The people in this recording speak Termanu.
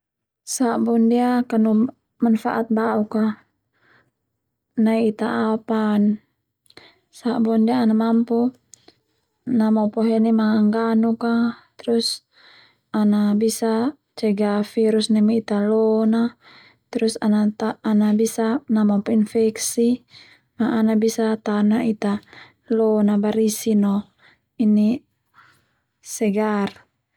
Sa'bu ndia kanu manfaat ba'uk nai Ita aopan, sa'bu ndia ana mampu namopo heni mangganuk a terus ana bisa cegah virus neme ita lon a terus bisa namopo infeksi ma ana bisa Tao na Ita lon barisi no ini segar.